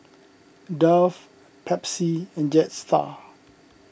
Dove Pepsi and Jetstar